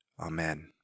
Amen